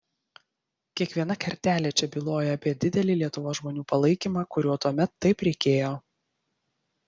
kiekviena kertelė čia byloja apie didelį lietuvos žmonių palaikymą kurio tuomet taip reikėjo